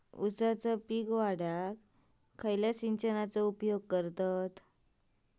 ऊसाचा पीक वाढाक खयच्या सिंचनाचो उपयोग करतत?